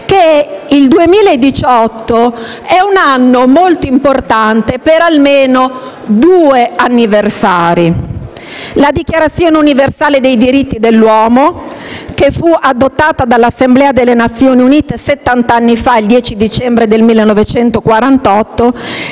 il 2018 è un anno molto importante per almeno due anniversari: la Dichiarazione universale dei diritti dell'uomo, che fu adottata dalla Assemblea delle Nazioni Unite settant'anni fa (il 10 dicembre 1948),